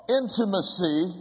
intimacy